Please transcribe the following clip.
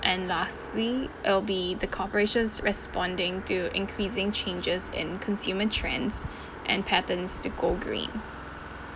and lastly it'll be the cooperations responding to increasing changes in consumer trends and patterns to go green